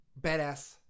Badass